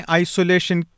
isolation